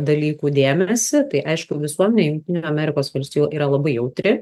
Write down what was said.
dalykų dėmesį tai aišku visuomenė jungtinių amerikos valstijų yra labai jautri